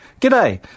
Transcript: G'day